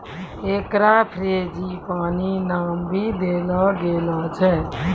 एकरा फ़्रेंजीपानी नाम भी देलो गेलो छै